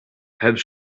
have